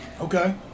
Okay